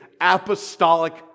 apostolic